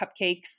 cupcakes